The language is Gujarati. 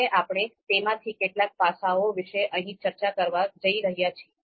હવે આપણે તેમાંથી કેટલાક પાસાઓ વિશે અહીં ચર્ચા કરવા જઈ રહ્યા છીએ